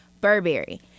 Burberry